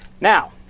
Now